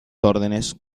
órdenes